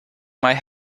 might